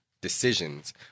decisions